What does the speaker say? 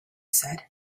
said